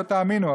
לא תאמינו,